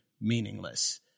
meaningless